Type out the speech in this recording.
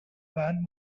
van